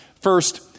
First